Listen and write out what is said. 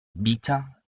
beta